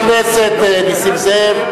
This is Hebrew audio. חבר הכנסת נסים זאב.